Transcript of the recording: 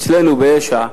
אצלנו ביש"ע,